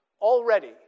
already